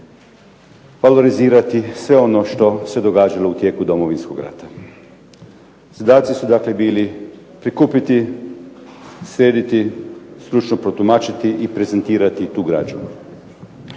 valorizirati sve ono što se događalo u tijeku Domovinskog rata. Zadaci su dakle bili prikupiti, srediti, stručno protumačiti i prezentirati tu građu.